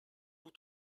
vous